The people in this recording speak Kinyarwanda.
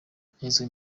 yagizwe